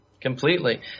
completely